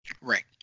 Right